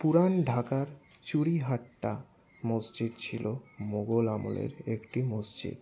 পুরান ঢাকার চুড়িহাট্টা মসজিদ ছিল মুঘল আমলের একটি মসজিদ